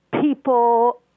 people